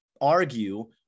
argue